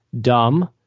dumb